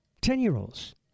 Ten-year-olds